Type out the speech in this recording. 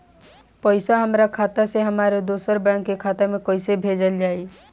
पैसा हमरा खाता से हमारे दोसर बैंक के खाता मे कैसे भेजल जायी?